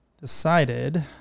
decided